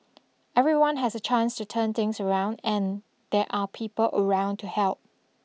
everyone has a chance to turn things around and there are people around to help